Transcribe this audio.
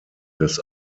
des